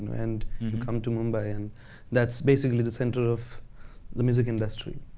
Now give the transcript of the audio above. and you come to mumbai and that's basically the central of the music industry.